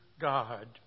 God